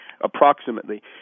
approximately